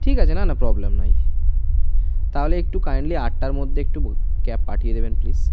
ঠিক আছে না না প্রবলেম নেই তাহলে একটু কাইন্ডলি আটটার মধ্যে একটু বো ক্যাব পাঠিয়ে দেবেন প্লিজ